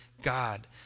god